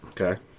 Okay